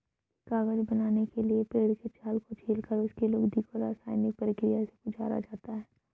कागज बनाने के लिए पेड़ के छाल को छीलकर उसकी लुगदी को रसायनिक प्रक्रिया से गुजारा जाता है